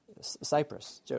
Cyprus